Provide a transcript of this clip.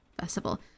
Festival